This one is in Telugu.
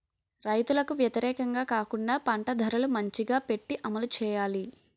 రైతులకు వ్యతిరేకంగా కాకుండా పంట ధరలు మంచిగా పెట్టి అమలు చేయాలి